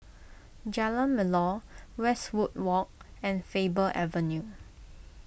Jalan Melor Westwood Walk and Faber Avenue